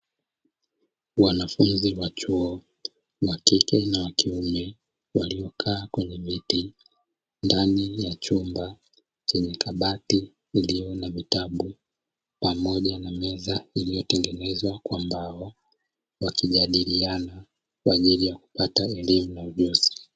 Wanafunzi wa chuo wakike na wakiume waliokaa kwenye viti ndani ya chumba chenye kabati iliyo na vitabu, pamoja na meza iliyotengenezwa kwa mbao wakijadiliana kwa ajili ya kupata elimu na ujuzi.